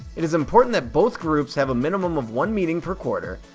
it is important that both groups have a minimum of one meeting per quarter,